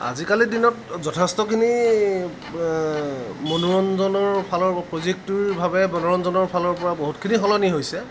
আজিকালিৰ দিনত যথেষ্টখিনি মনোৰঞ্জনৰ ফালৰ প্ৰযুক্তিৰ ভাৱে মনোৰঞ্জনৰ ফালৰ পৰা বহুতখিনি সলনি হৈছে